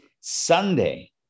Sunday